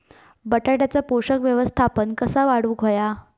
बटाट्याचा पोषक व्यवस्थापन कसा वाढवुक होया?